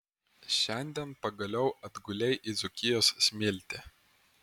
šiandien pagaliau atgulei į dzūkijos smiltį